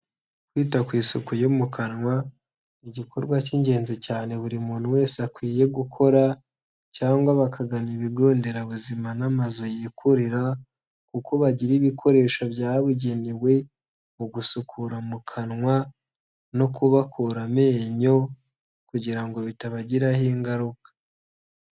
Kwita ku isuku yo mu kanwa ni igikorwa cy'ingenzi cyane buri muntu wese akwiye gukora, cyangwa bakagana ibigo nderabuzima n'amazu yikorera, kuko bagira ibikoresho byabugenewe mu gusukura mu kanwa no kubakura amenyo kugira ngo bitabagiraho ingaruka.